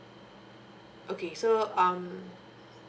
okay so um